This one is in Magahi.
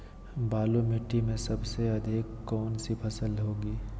बालू मिट्टी में सबसे अधिक कौन सी फसल होगी?